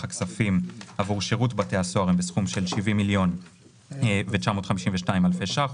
הכספים עבור שירות בתי הסוהר הם בסכום של 70.952 מיליון שקלים,